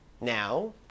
Now